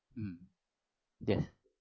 mm yes